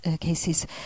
cases